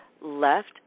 left